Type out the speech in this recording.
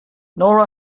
nora